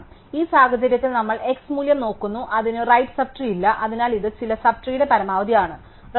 അതിനാൽ ഈ സാഹചര്യത്തിൽ നമ്മൾ x മൂല്യം നോക്കുന്നു അതിന് റൈറ് സബ് ട്രീ ഇല്ലാ അതിനാൽ ഇത് ചില സബ് ട്രീയുടെ പരമാവധി ആണ്